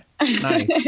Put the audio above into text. Nice